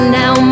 now